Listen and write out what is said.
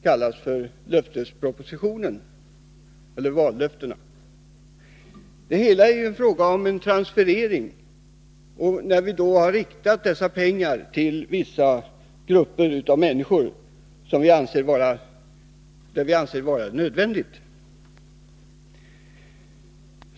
Vi riktar således dessa pengar till vissa grupper av människor som vi anser har störst behov av dem.